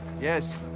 Yes